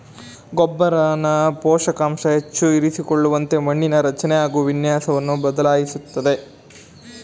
ಗೊಬ್ಬರನ ಪೋಷಕಾಂಶ ಹೆಚ್ಚು ಇರಿಸಿಕೊಳ್ಳುವಂತೆ ಮಣ್ಣಿನ ರಚನೆ ಹಾಗು ವಿನ್ಯಾಸವನ್ನು ಬದಲಾಯಿಸ್ತದೆ